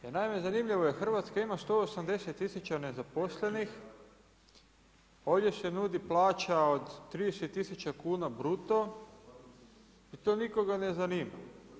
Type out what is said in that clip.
Jer naime zanimljivo je Hrvatska ima 180000 nezaposlenih, ovdje se nudi plaća od 30000 kuna bruto i to nikoga ne zanima.